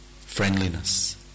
Friendliness